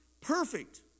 Perfect